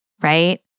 right